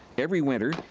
every winter,